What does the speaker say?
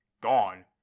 Gone